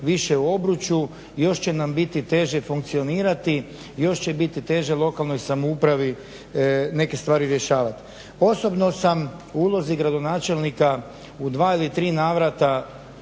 više u obruču, još će nam biti teže funkcionirati, još će biti teže lokalnoj samoupravi neke stvari rješavati. Osobno sam u ulozi gradonačelnika u dva ili tri navrata